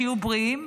שיהיו בריאים,